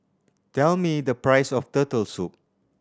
tell me the price of Turtle Soup